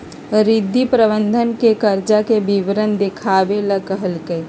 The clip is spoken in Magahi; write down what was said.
रिद्धि प्रबंधक के कर्जा के विवरण देखावे ला कहलकई